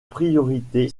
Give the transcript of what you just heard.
priorité